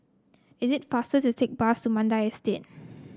it is faster to take bus to Mandai Estate